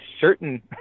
certain